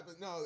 No